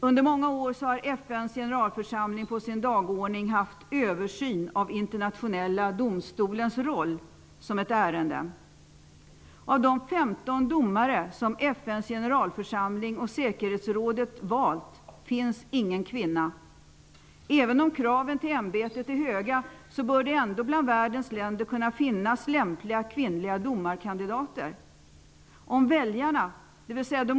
Under många år har FN:s generalförsamling på sin dagordning haft ''Översyn av Internationella domstolens roll'' som ett ärende. Av de 15 domare som FN:s generalförsamling och säkerhetsrådet valt är ingen kvinna. Även om kraven till ämbetet är stora bör det ändå bland världens länder finnas lämpliga kvinnliga domarkandidater.